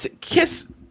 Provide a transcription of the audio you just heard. Kiss